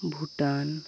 Bhutan